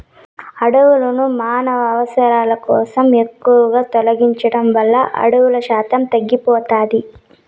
అడవులను మానవ అవసరాల కోసం ఎక్కువగా తొలగించడం వల్ల అడవుల శాతం తగ్గిపోతాది